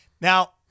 Now